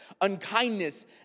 unkindness